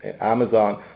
Amazon